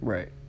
Right